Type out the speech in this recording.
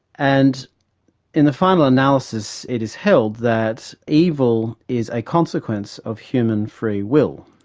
and in the final analysis it is held that evil is a consequence of human free will.